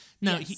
No